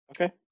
Okay